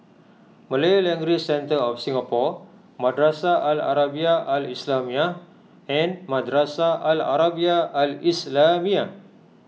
Malay Language Centre of Singapore Madrasah Al Arabiah Al Islamiah and Madrasah Al Arabiah Al Islamiah